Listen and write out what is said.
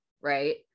right